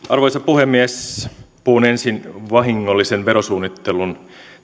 arvoisa puhemies puhun ensin vahingollisen verosuunnittelun